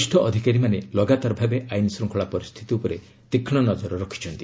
ବରିଷ୍ଠ ଅଧିକାରୀମାନେ ଲଗାତାରଭାବେ ଆଇନ୍ଶ୍ରୁଙ୍ଖଳା ପରିସ୍ଥିତି ଉପରେ ତୀକ୍ଷ୍କ ନଜର ରଖିଛନ୍ତି